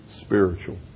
Spiritual